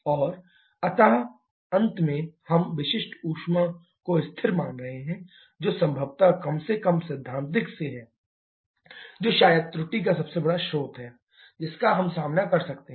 और अंत में हम विशिष्ट ऊष्मा को स्थिर मान रहे हैं जो संभवतः कम से कम सैद्धांतिक से है जो शायद त्रुटि का सबसे बड़ा स्रोत है जिसका हम सामना कर सकते हैं